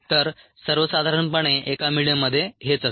तर सर्वसाधारणपणे एका मिडीयममध्ये हेच असते